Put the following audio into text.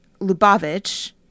Lubavitch